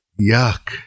Yuck